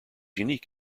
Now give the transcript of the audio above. unique